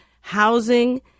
housing